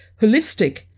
holistic